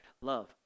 Love